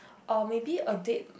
or maybe a date